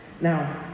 Now